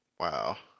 Wow